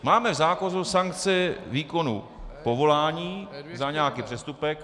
Máme zákonnou sankci výkonu povolání za nějaký přestupek.